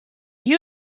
you